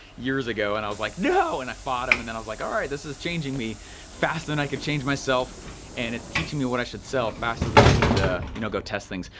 years ago, and i was like, no, and i fought him and then i was like, all right, this is changing me faster than i could change myself and it's teaching me what i should sell faster than i could ah you know go test things.